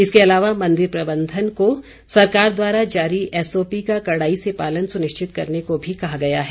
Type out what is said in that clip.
इसके अलावा मंदिर प्रबंधन को सरकार द्वारा जारी एसओपी का कड़ाई से पालन सुनिश्चित करने को भी कहा गया है